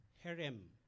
harem